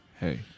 Hey